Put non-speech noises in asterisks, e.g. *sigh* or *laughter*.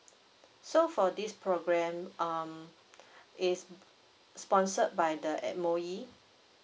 so for this programme um *breath* is sponsored by the M_O_E